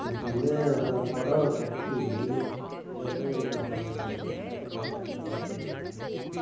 எனக்கு வந்து இப்போ புடவ கட்டி போட்டு கற்றுக்கப்பா கற்றுக்கப்பா அப்படினுவாங்க